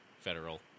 federal